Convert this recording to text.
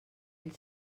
ell